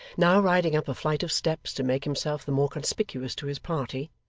now riding up a flight of steps to make himself the more conspicuous to his party,